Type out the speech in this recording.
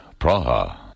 Praha